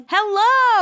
Hello